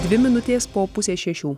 dvi minutės po pusės šešių